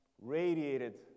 radiated